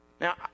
Now